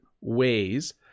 ways